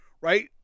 Right